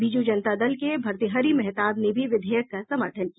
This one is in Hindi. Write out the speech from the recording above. बीजू जनता दल के भतृहरि मेहताब ने भी विधेयक का समर्थन किया